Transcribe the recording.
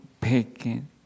picking